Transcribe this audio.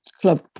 club